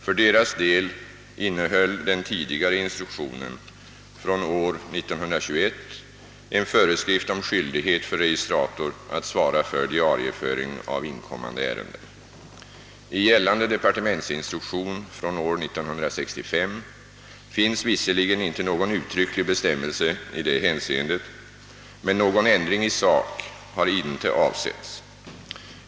För deras del innehöll den tidigare instruktionen från år 1921 en föreskrift om skyldighet för registrator att svara för diarieföringen av inkomna ärenden. I gällande <departementsinstruktion från år 1965 finns visserligen inte nå gon uttrycklig bestämmelse i detta hänseende, men någon ändring i sak har inte avsetts.